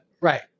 right